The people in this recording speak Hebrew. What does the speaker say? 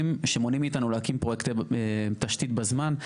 שמונעים מאיתנו להקים פרויקט תשתית בזמן.